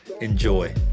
Enjoy